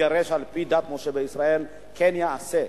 ולהתגרש על-פי דת ישראל כן יעשה.